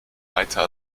weiter